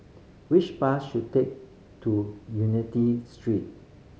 which bus should take to Unity Street